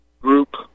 group